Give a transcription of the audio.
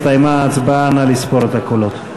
הסתיימה ההצבעה, נא לספור את הקולות.